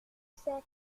sait